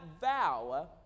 vow